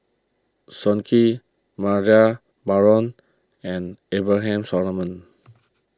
Sun Yee Baharom and Abraham Solomon